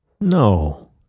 no